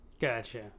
Gotcha